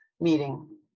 meeting